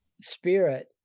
spirit